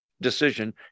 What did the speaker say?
decision